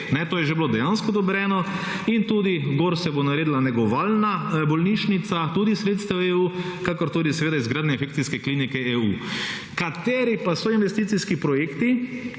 to je bilo že dejansko odobreno in tudi gor se bo naredila negovalna bolnišnica tudi sredstev EU, kakor tudi seveda izgradnje infekcijske klinike EU. Kateri pa so investicijski projekti?